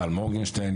טל מורגנשטיין.